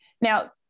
Now